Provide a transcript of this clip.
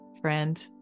Friend